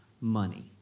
money